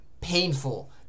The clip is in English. painful